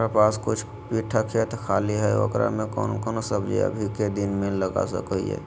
हमारा पास कुछ बिठा खेत खाली है ओकरा में कौन कौन सब्जी अभी के दिन में लगा सको हियय?